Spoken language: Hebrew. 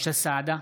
משה סעדה,